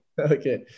Okay